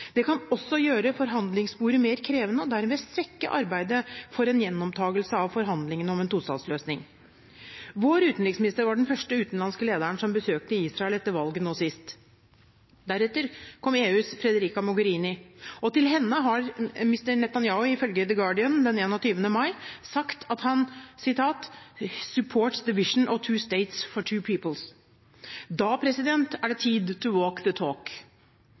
Det kan også gjøre forhandlingssporet mer krevende og dermed svekke arbeidet for en gjenopptakelse av forhandlingene om en tostatsløsning. Vår utenriksminister var den første utenlandske lederen som besøkte Israel etter valget nå sist. Deretter kom EUs Frederica Mogherini, og til henne har Netanyahu, ifølge The Guardian den 21. mai, sagt: «I support the vision of two states for two peoples .» Da er det tid «to walk the talk.» Jeg synes det er viktig å